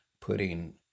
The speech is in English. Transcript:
putting